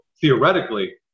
theoretically